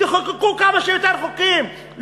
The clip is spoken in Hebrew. תחוקקו כמה שיותר חוקים,